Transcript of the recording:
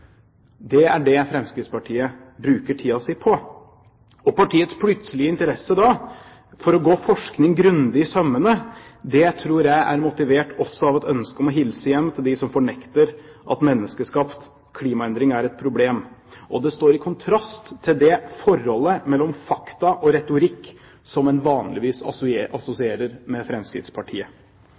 Det er det Fremskrittspartiet bruker tiden sin på. Partiets plutselige interesse for å gå forskningen grundig etter i sømmene tror jeg er motivert også av et ønske om å hilse hjem til dem som fornekter at menneskeskapt klimaendring er et problem, og det står i kontrast til det forholdet mellom fakta og retorikk som en vanligvis assosierer med Fremskrittspartiet.